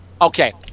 Okay